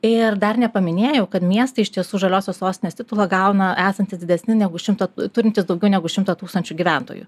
ir dar nepaminėjau kad miestai iš tiesų žaliosios sostinės titulą gauna esantys didesni negu šimto turintys daugiau negu šimtą tūkstančių gyventojų